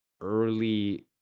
early